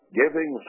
giving